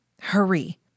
Hurry